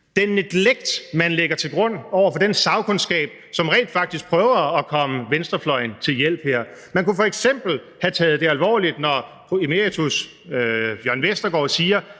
– fuldstændig negligerer den sagkundskab, som rent faktisk prøver at komme venstrefløjen til hjælp her. Man kunne f.eks. har taget det alvorligt, når professor emeritus Jørn Vestergaard siger,